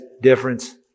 difference